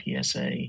PSA